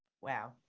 wow